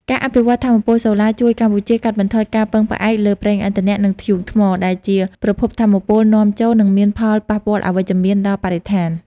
ការអភិវឌ្ឍថាមពលសូឡាជួយកម្ពុជាកាត់បន្ថយការពឹងផ្អែកលើ ប្រេងឥន្ធនៈ និងធ្យូងថ្ម ដែលជាប្រភពថាមពលនាំចូល និងមានផលប៉ះពាល់អវិជ្ជមានដល់បរិស្ថាន។